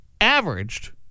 averaged